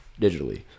digitally